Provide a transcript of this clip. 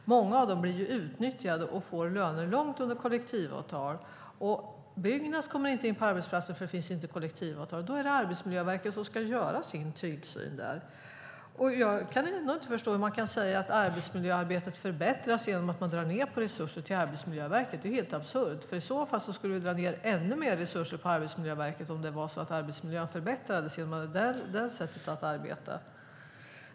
Många av dem blir utnyttjade och får löner som ligger långt under det som framgår av kollektivavtal. Byggnads kommer inte in på arbetsplatser där det inte finns kollektivavtal. Då är det Arbetsmiljöverket som ska göra tillsyn där. Jag kan inte förstå hur man kan säga att arbetsmiljöarbetet förbättras genom att resurserna till Arbetsmiljöverket dras ned. Det är helt absurt. Om arbetsmiljön förbättrades genom detta sätt att arbeta skulle resurserna till Arbetsmiljöverket dras ned ännu mer.